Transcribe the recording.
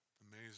amazing